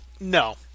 No